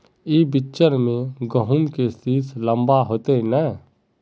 ई बिचन में गहुम के सीस लम्बा होते नय?